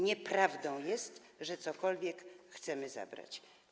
Nieprawdą jest, że cokolwiek chcemy zabrać.